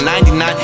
99